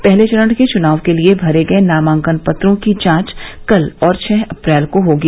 पहले चरण के चुनाव के लिये भरे गये नामांकन पत्रों की जांच कल और छः अप्रैल को होगी